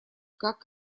как